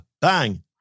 bang